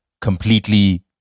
completely